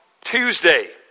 Tuesday